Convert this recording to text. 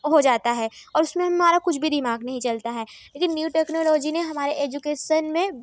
हो जाता है और उसमें हम हमारा कुछ भी दिमाग नहीं चलता है लेकिन न्यू टेक्नोलॉजी ने हमारे एजुकेसन में